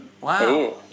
Wow